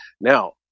now